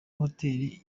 hotel